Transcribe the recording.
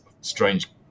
strange